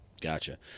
gotcha